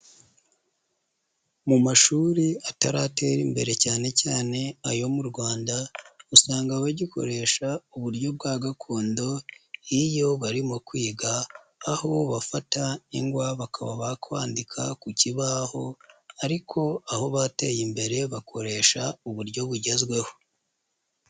Mu mashuri ataratera imbere cyane cyane ayo mu Rwanda, usanga bagikoresha uburyo bwa gakondo iyo barimo kwiga, aho bafata ingwa bakaba kwandika ku kibaho ariko aho bateye imbere bakoresha uburyo bugezweho.